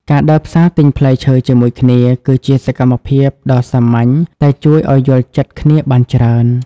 ការដើរផ្សារទិញផ្លែឈើជាមួយគ្នា គឺជាសកម្មភាពដ៏សាមញ្ញតែជួយឱ្យយល់ចិត្តគ្នាបានច្រើន។